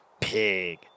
pig